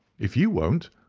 if you won't,